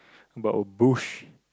about a bush